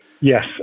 Yes